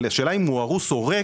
אבל השאלה אם הוא הרוס או ריק,